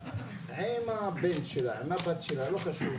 --- עם הבן שלה או הבת שלה לא חשוב.